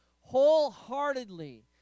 wholeheartedly